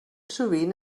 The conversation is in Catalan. sovint